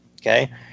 Okay